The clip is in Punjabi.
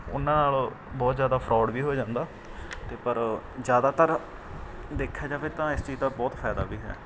ਉਨ੍ਹਾਂ ਨਾਲ ਬਹੁਤ ਜ਼ਿਆਦਾ ਫਰੋਡ ਵੀ ਹੋ ਜਾਂਦਾ ਅਤੇ ਪਰ ਜ਼ਿਆਦਾਤਰ ਦੇਖਿਆ ਜਾਵੇ ਤਾਂ ਇਸ ਚੀਜ਼ ਦਾ ਬਹੁਤ ਫ਼ਾਇਦਾ ਵੀ ਹੈ